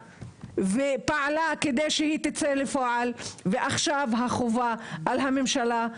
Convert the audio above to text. ופעלה כדי שהיא תצא לפועל ועכשיו החובה היא על הממשלה,